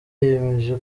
yemeje